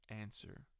answer